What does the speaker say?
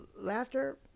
laughter